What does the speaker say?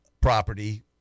property